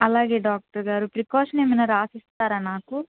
అలాగే డాక్టర్గారు ప్రికాషన్స్ ఏమైనా రాసిస్తారా నాకు